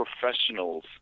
professionals